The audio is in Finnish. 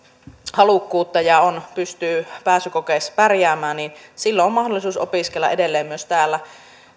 halukkuutta ja pystyy pääsykokeissa pärjäämään niin silloin on mahdollisuus opiskella edelleen myös täällä